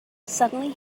suddenly